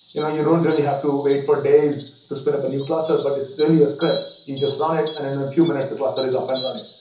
you know you don't really have to wait for days to spin up a new cluster, but it's really a script. you just run it and in a few minutes the cluster is up and running.